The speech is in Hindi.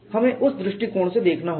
हमें उस दृष्टिकोण से देखना होगा